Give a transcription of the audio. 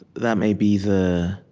that may be the